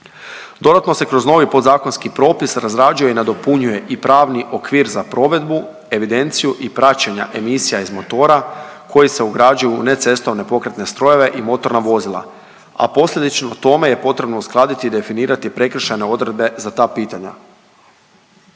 Dodatno se kroz novi podzakonski propis razrađuje i nadopunjuje i pravni okvir za provedbu, evidenciju i praćenja emisija iz motora koji se ugrađuju u necestovne pokretne strojeve i motorna vozila, a posljedično tome je potrebno uskladiti i definirati prekršajne odredbe za ta pitanja.